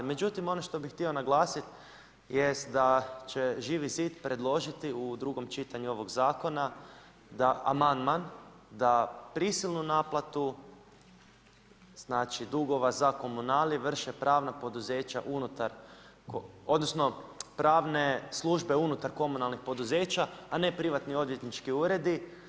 Međutim, ono što bih htio naglasiti jest da će Živi zid predložiti u drugom čitanju ovog zakona da amandman da prisilnu naplatu dugova za komunalije vrše pravna poduzeća unutar odnosno pravne službe unutar komunalnih poduzeća, a ne privatni odvjetnički uredi.